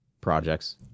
projects